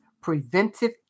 preventive